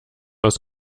aus